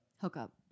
Hookup